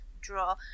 draw